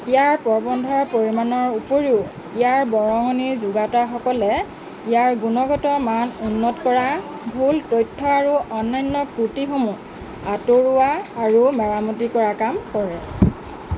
ইয়াৰ প্ৰবন্ধৰ পৰিমাণৰ উপৰিও ইয়াৰ বৰঙণিৰ যোগাওঁতাসকলে ইয়াৰ গুণগত মান উন্নত কৰা ভুল তথ্য আৰু অন্যান্য ত্ৰুটীসমূহ আঁতৰোৱা আৰু মেৰামতি কৰা কাম কৰে